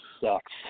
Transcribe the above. sucks